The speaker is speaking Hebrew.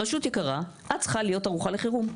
רשות יקרה, את צריכה להיות ערוכה לחירום.